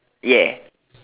ya